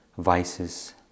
vices